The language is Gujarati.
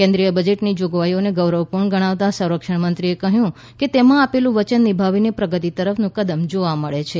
કેન્દ્રીય બજેટની જોગવાઈઓને ગૌરવપૂર્ણ ગણાવતા સંરક્ષણમંત્રીએ કહ્યું કે તેમાં આપેલું વચન નિભાવીને પ્રગતિ તરફનું કદમ જોવા મળે છે